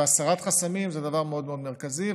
הסרת חסמים זה דבר מאוד מאוד מרכזי,